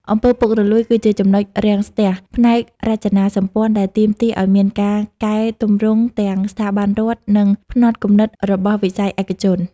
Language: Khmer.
អំពើពុករលួយ គឺជា ចំណុចរាំងស្ទះ ផ្នែករចនាសម្ព័ន្ធដែលទាមទារឱ្យមានការកែទម្រង់ទាំងស្ថាប័នរដ្ឋ និងផ្នត់គំនិតរបស់វិស័យឯកជន។